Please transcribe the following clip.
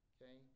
Okay